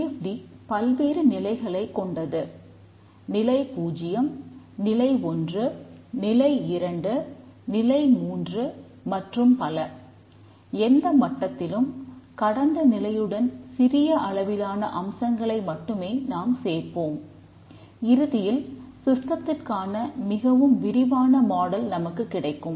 D F T நமக்குக் கிடைக்கும்